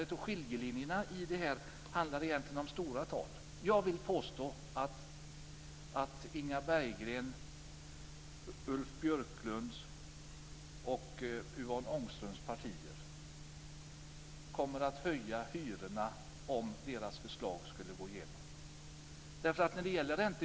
Skiljelinjerna när det gäller betänkandet gäller stora tal. Jag vill påstå att Inga Berggrens, Ulf Björklunds och Yvonne Ångströms partier kommer att höja hyrorna om deras förslag skulle gå igenom.